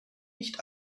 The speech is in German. nicht